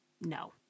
no